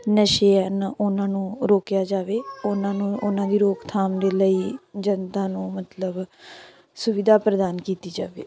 ਨਸ਼ੇ ਹਨ ਉਹਨਾਂ ਨੂੰ ਰੋਕਿਆ ਜਾਵੇ ਉਹਨਾਂ ਨੂੰ ਉਹਨਾਂ ਦੀ ਰੋਕਥਾਮ ਦੇ ਲਈ ਜਨਤਾ ਨੂੰ ਮਤਲਬ ਸੁਵਿਧਾ ਪ੍ਰਦਾਨ ਕੀਤੀ ਜਾਵੇ